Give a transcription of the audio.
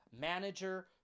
manager